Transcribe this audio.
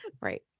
Right